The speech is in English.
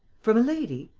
from a lady?